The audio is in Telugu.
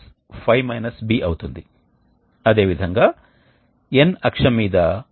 2 ప్రవాహాలు స్థిరమైన ఉష్ణోగ్రతతో వస్తున్నాయి మరియు ఈ 2 ఉష్ణోగ్రతలు చాలా ముఖ్యమైనవి